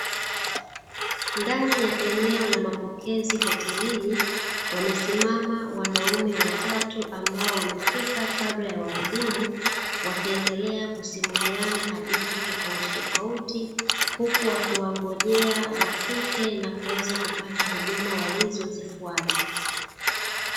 Ndani ya eneo la mapokezi hotelini wamesimama wanaume watatu ambao wamefika kabla ya wahudumu, wakiendelea kusimuliana hadithi tofautitofauti huku wakingojea wafike na kuweza kupata huduma walizozifuata.